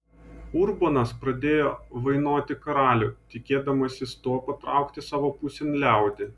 urbonas pradėjo vainoti karalių tikėdamasis tuo patraukti savo pusėn liaudį